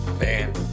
man